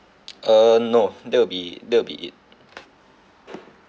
uh no that will it that will be it